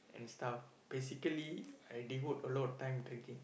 and stuff basically I devote a lot of time taking